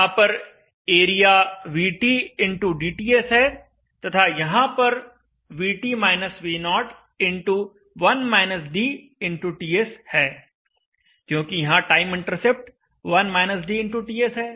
यहां पर area VT x dTS है तथा यहां पर VT - V0 x 1 - dTS है क्योंकि यहाँ टाइम इंटरसेप्ट 1 - dTS है